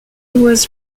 was